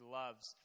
loves